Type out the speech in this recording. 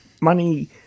money